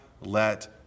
Let